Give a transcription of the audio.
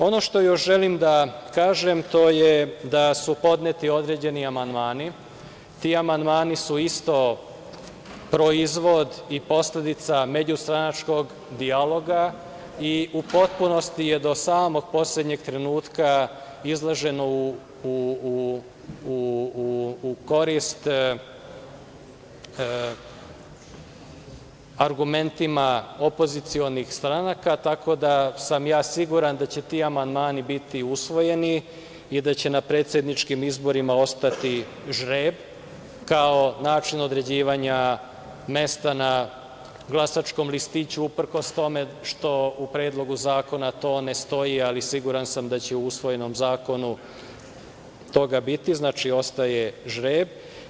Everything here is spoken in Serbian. Ono što još želim da kažem, to je da su podneti određeni amandmani, ti amandmani su isto proizvod i posledica međustranačkog dijaloga i u potpunosti je do samog poslednjeg trenutka, izloženo u korist argumentima opozicionih stranaka, tako da sam ja siguran da će ti amandmani biti usvojeni i da će na predsedničkim izborima ostati žreb, kao način određivanja mesta na glasačkom listiću, uprkos tome što u predlogu zakona, to ne stoji, ali sam siguran da će u usvojenom zakonu, toga biti i ostaje žreb.